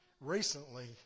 recently